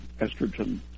estrogen